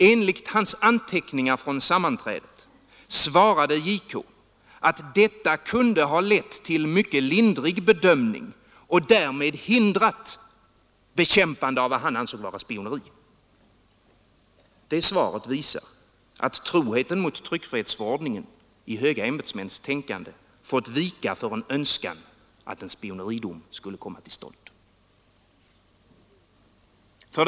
Enligt hans anteckningar från sammanträdet svarade JK att detta kunde ha lett till mycket lindrig bedömning och därmed hindrat bekämpande av vad han ansåg vara spioneri. Det svaret visar att troheten mot tryckfrihetsförordningen i höga ämbetsmäns tänkande fått vika för en önskan att en spioneridom skulle komma till stånd. 5.